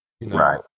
right